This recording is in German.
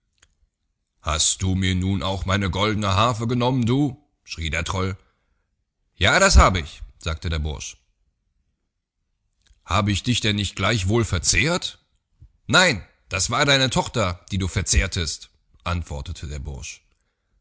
hast du mir nun auch meine goldne harfe genommen du schrie der troll ja das hab ich sagte der bursch hab ich dich denn nicht gleichwohl verzehrt nein das war deine tochter die du verzehrtest antwortete der bursch